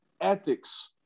ethics